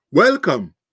Welcome